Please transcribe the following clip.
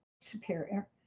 superior